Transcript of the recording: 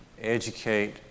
educate